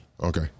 Okay